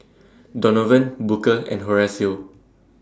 Donovan Booker and Horacio